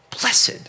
blessed